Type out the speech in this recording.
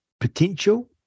potential